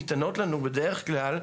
חלק מהתשובות שניתנות לנו, בדרך כלל,